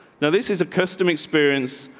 now this is a custom experience,